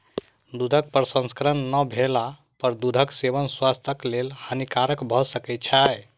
दूधक प्रसंस्करण नै भेला पर दूधक सेवन स्वास्थ्यक लेल हानिकारक भ सकै छै